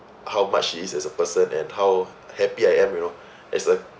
how much she is as a person and how happy I am you know as a